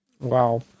Wow